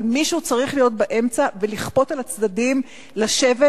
אבל מישהו צריך להיות באמצע ולכפות על הצדדים לשבת